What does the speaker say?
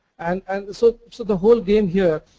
and and so so the whole game here,